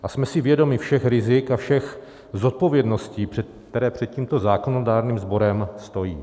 A jsme si vědomi všech rizik a všech zodpovědností, které před tímto zákonodárným sborem stojí.